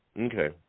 okay